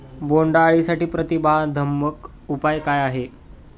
बोंडअळीसाठी प्रतिबंधात्मक उपाय काय आहेत?